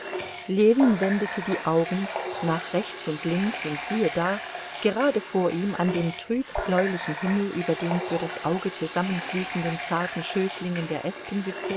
ljewin wendete die augen nach rechts und links und siehe da gerade vor ihm an dem trüb bläulichen himmel über den für das auge zusammenfließenden zarten schößlingen der